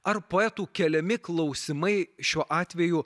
ar poetų keliami klausimai šiuo atveju